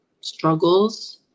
struggles